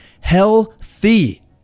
Healthy